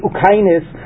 Ukainis